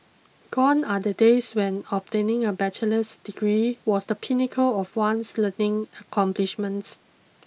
gone are the days when obtaining a bachelor's degree was the pinnacle of one's learning accomplishments